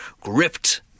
Gripped